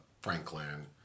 Franklin